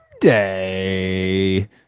Day